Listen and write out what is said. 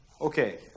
Okay